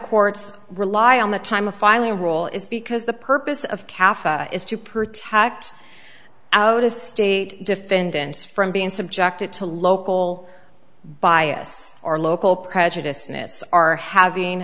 courts rely on the time of filing rule is because the purpose of cafe is to protect out of state defendants from being subjected to local bias or local prejudice in this are having